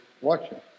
watching